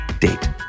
date